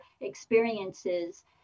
experiences